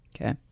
Okay